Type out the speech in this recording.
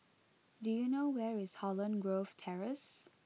do you know where is Holland Grove Terrace